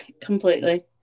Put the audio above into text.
Completely